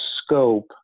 scope